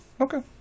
Okay